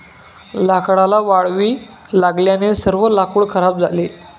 लाकडाला वाळवी लागल्याने सर्व लाकूड खराब झाले